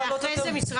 כלומר זה פחות